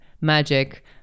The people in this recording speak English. magic